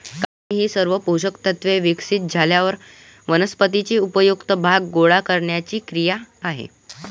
कापणी ही सर्व पोषक तत्त्वे विकसित झाल्यावर वनस्पतीचे उपयुक्त भाग गोळा करण्याची क्रिया आहे